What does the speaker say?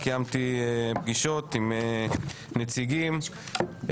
קיימתי פגישות עם נציגים,